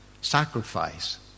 sacrifice